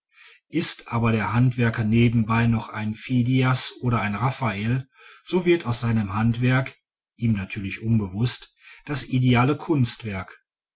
ist aber der handwerker nebenbei noch ein phidias oder ein raffael so wird aus seinem handwerk ihm natürlich unbewußt das ideale kunstwerk